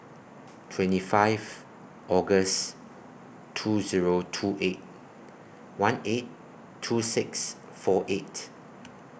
twenty five August two Zero two eight one eight two six four eight